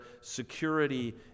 security